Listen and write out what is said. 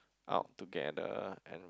out together and